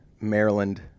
Maryland